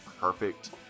perfect